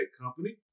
company